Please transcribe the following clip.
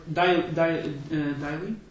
daily